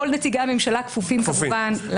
כל נציגי הממשלה כפופים כמובן להחלטה.